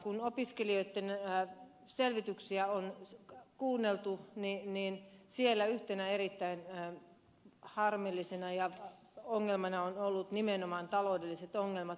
kun opiskelijoitten selvityksiä on kuunneltu siellä yhtenä erittäin harmillisena ongelmana ovat olleet nimenomaan taloudelliset ongelmat